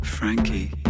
Frankie